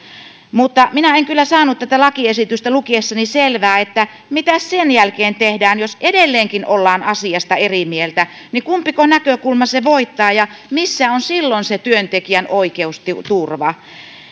mutta minä en kyllä saanut tätä lakiesitystä lukiessani selvää mitä sen jälkeen tehdään jos edelleenkin ollaan asiasta eri mieltä kumpiko näkökulma sen voittaa ja missä on silloin sen työntekijän oikeusturva